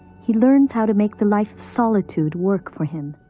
he learns how to make the life of solitude work for him.